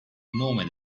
nome